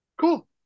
cool